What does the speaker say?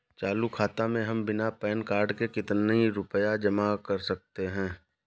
चालू खाता में हम बिना पैन कार्ड के कितनी रूपए जमा कर सकते हैं?